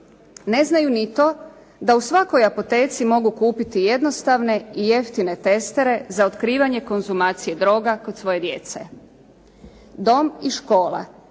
Ne znaju ni to da u svakoj apoteci mogu kupiti jednostavne i jeftine testere za otkrivanje konzumacije droga kod svoje djece. Dom i škola